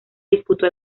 disputó